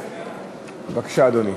בבקשה, אדוני.